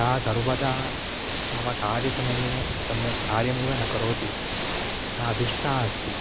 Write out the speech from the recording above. सा सर्वदा मम कार्यसमये सम्यक् कार्यमेव न करोति सा दुष्टा अस्ति